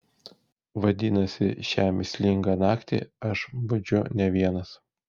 vadinasi šią mįslingą naktį aš budžiu ne vienas